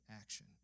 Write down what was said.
action